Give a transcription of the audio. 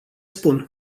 spun